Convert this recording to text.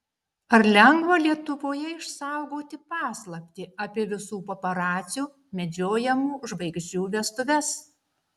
ar lengva lietuvoje išsaugoti paslaptį apie visų paparacių medžiojamų žvaigždžių vestuves